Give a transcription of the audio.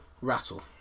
rattle